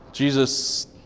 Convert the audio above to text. Jesus